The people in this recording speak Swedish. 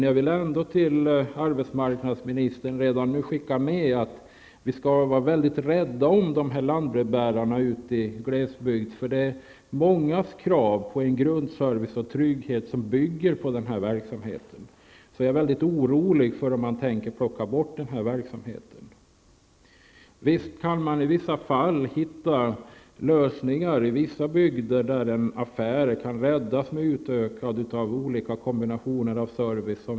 Jag vill ändå till arbetsmarknadsministern redan nu skicka med att vi skall vara rädda om lantbrevbärarna ute i glesbygden. Möjligheten att tillfredsställa mångas krav på en grundservice och trygghet bygger på denna verksamhet. Jag är orolig för om man tänker plocka bort denna verksamhet. Visst kan man hitta lösningar i vissa bygder, där en affär kan räddas med utökning av olika kombinationer av service.